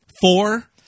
four